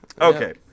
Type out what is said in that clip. Okay